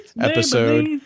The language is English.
episode